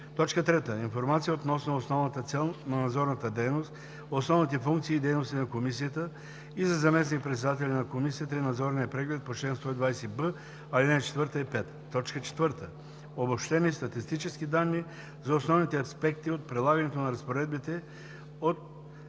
3. информация относно основната цел на надзорната дейност, основните функции и дейности на комисията и за заместник председателя на комисията и надзорния преглед по чл. 120б, ал. 4 и 5; 4. обобщени статистически данни за основните аспекти от прилагането на разпоредбите от